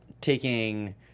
taking